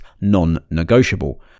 non-negotiable